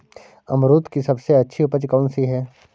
अमरूद की सबसे अच्छी उपज कौन सी है?